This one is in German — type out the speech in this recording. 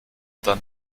dann